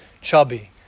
chubby